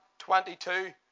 22